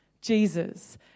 Jesus